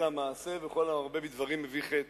אלא המעשה, וכל המרבה בדברים, מביא חטא.